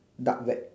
dark web